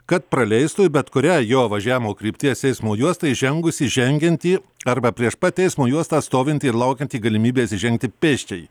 kad praleistų į bet kurią jo važiavimo krypties eismo juostą įžengusį žengiantį arba prieš pat eismo juostą stovintį ir laukiantį galimybės įžengti pėsčiąjį